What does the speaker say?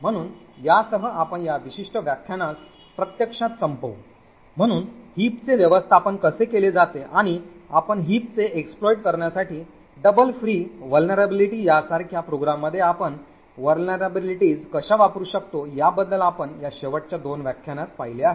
म्हणून यासह आपण या विशिष्ट व्याख्यानास प्रत्यक्षात संपवु म्हणून हिपचे व्यवस्थापन कसे केले जाते आणि आपण हिपचे exploit करण्यासाठी double free vulnerability यासारख्या प्रोग्राममध्ये आपण असुरक्षा कशा वापरू शकतो याबद्दल आपण या शेवटच्या दोन व्याख्यानात पाहिले आहे